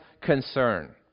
concern